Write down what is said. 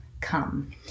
come